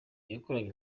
yakoranye